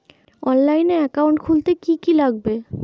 অনলাইনে একাউন্ট খুলতে কি কি লাগবে?